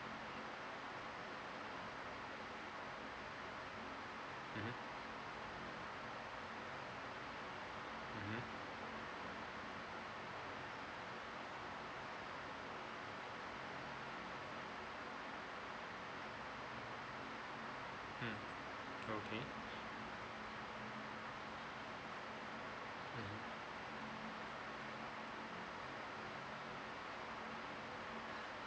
mmhmm mmhmm mm okay mmhmm